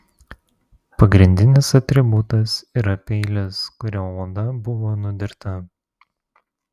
pagrindinis atributas yra peilis kuriuo oda buvo nudirta